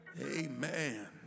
Amen